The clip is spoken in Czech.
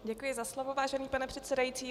Děkuji za slovo, vážený pane předsedající.